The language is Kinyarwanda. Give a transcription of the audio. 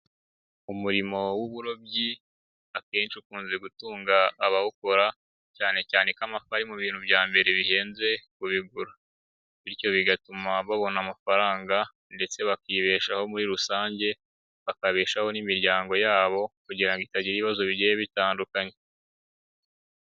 Umurimo w'uburobyi akenshi ukunze gutunga abawukora cyane cyane ko amapfa ari mu bintu bya mbere bihenze kubigura, bityo bigatuma babona amafaranga ndetse bakibeshaho muri rusange, bakabeshaho n'imiryango yabo kugira itagira ibibazo bigiye bitandukanye.